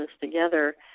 together